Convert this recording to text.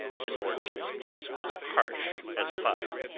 his lordship's voice was harsh as a file.